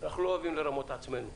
אנחנו לא אוהבים לרמות את עצמנו,